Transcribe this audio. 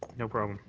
no problem.